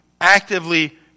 actively